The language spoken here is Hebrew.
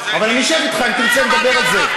אבל אני אשב אתך, אם תרצה לדבר על זה.